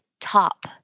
top